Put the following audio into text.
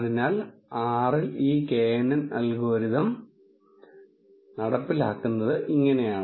അതിനാൽ R ൽ ഈ knn അൽഗോരിതം നടപ്പിലാക്കുന്നത് ഇങ്ങനെയാണ്